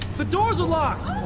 the doors are locked.